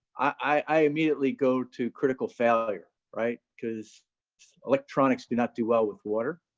i immediately go to critical failure, right? cause electronics do not do well with water.